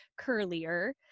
curlier